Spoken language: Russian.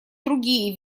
другие